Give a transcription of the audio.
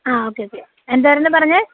ആ okay okay എന്തായിരുന്നു പറഞ്ഞത്